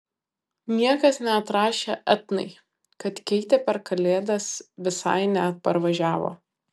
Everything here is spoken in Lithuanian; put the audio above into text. niekas neatrašė etnai kad keitė per kalėdas visai neparvažiavo